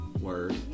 word